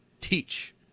teach